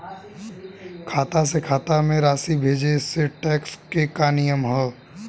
खाता से खाता में राशि भेजला से टेक्स के का नियम ह?